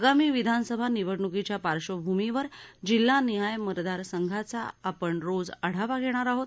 आगामी विधानसभा निवडणुकीच्या पार्श्वभूमीवर जिल्हानिहाय मतदार संघांचा आपण रोज आढावा घेणार आहोत